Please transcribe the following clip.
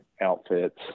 outfits